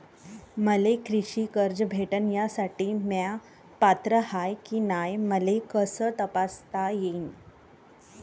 मले कृषी कर्ज भेटन यासाठी म्या पात्र हाय की नाय मले कस तपासता येईन?